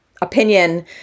opinion